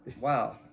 Wow